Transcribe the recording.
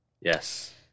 Yes